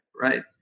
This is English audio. right